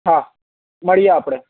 હા મળીએ આપણે